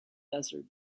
desert